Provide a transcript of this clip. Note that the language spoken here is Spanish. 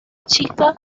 chica